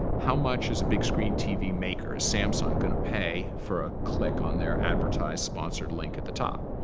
how much is a big screen tv maker, samsung, going to pay for a click on their advertised sponsored link at the top?